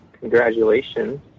Congratulations